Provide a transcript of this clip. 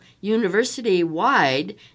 university-wide